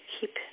keep